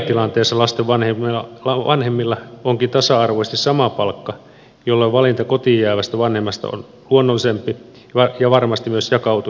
ideaalitilanteessa lasten vanhemmilla onkin tasa arvoisesti sama palkka jolloin valinta kotiin jäävästä vanhemmasta on luonnollisempi ja varmasti myös jakautuu tasaisemmin